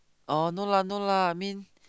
oh no lah no lah I mean